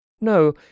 No